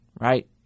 right